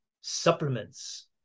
supplements